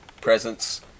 presence